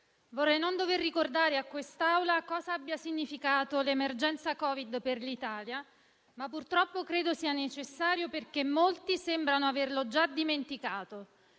vorrei non dover ricordare a quest'Assemblea cos'abbia significato l'emergenza Covid per l'Italia, ma purtroppo credo sia necessario, perché molti sembrano averlo già dimenticato.